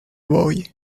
boy